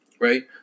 right